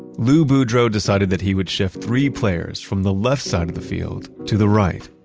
lou boudreau decided that he would shift three players from the left side of the field to the right.